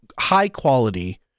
high-quality